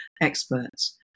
experts